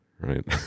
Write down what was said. right